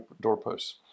doorposts